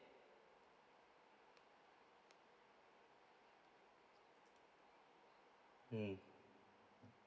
mm